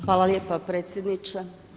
Hvala lijepa predsjedniče.